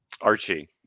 Archie